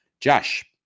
Josh